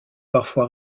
parfois